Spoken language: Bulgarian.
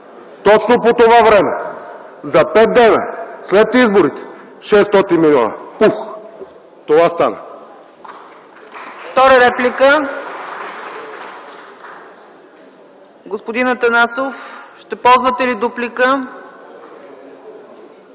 Точно по това време, за 5 дена, след изборите, 600 милиона. Пух! Това стана.